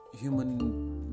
human